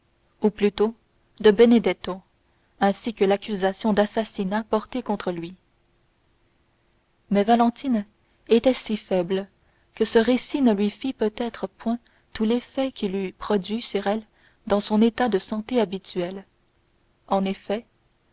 ou plutôt de benedetto ainsi que l'accusation d'assassinat portée contre lui mais valentine était si faible que ce récit ne lui fit peut-être point tout l'effet qu'il eût produit sur elle dans son état de santé habituel en effet